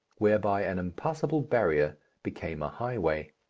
whereby an impassable barrier became a highway.